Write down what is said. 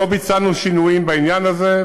לא ביצענו שינויים בעניין הזה.